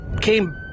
came